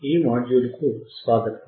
ఈ మాడ్యూల్కు స్వాగతం